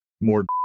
more